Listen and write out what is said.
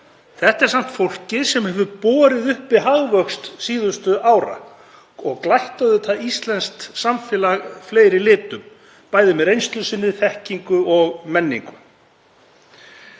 Þetta er samt fólkið sem borið hefur uppi hagvöxt síðustu ára og auðvitað glætt íslenskt samfélag fleiri litum með reynslu sinni, þekkingu og menningu.